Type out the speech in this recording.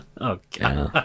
Okay